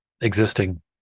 existing